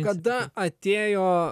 kada atėjo